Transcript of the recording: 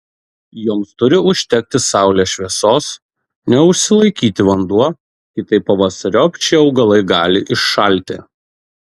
joms turi užtekti saulės šviesos neužsilaikyti vanduo kitaip pavasariop šie augalai gali iššalti